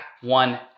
one